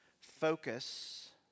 focus